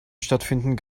stattfinden